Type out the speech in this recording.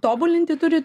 tobulinti turit